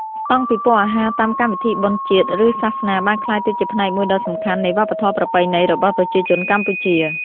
ស្តង់ពិព័រណ៍អាហារតាមកម្មវិធីបុណ្យជាតិ ឬសាសនាបានក្លាយទៅជាផ្នែកមួយដ៏សំខាន់នៃវប្បធម៌ប្រពៃណីរបស់ប្រជាជនកម្ពុជា។